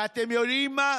ואתם יודעים מה?